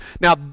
Now